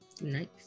Nice